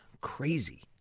Crazy